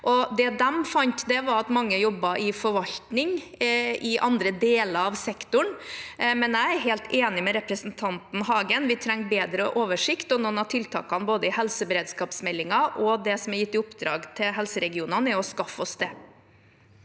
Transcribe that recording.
de fant, var at mange jobber i forvaltning i andre deler av sektoren. Jeg er helt enig med representanten Hagen: Vi trenger bedre oversikt. Noen av tiltakene, både i helseberedskapsmeldingen og i det som er gitt i oppdrag til helseregionene, handler om å skaffe oss det.